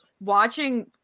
watching